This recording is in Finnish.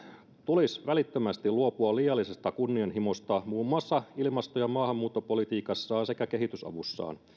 tulisi välittömästi luopua liiallisesta kunnianhimosta muun muassa ilmasto ja maahanmuuttopolitiikassaan sekä kehitysavussaan